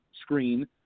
screen